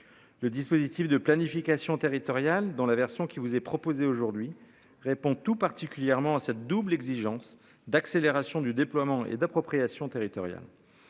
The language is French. Le dispositif de planification territoriale dans la version qui vous est proposé aujourd'hui répond tout particulièrement à cette double exigence d'accélération du déploiement et d'appropriation territoriale.